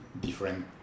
different